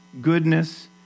goodness